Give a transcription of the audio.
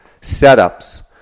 setups